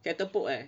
catapult eh